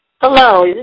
Hello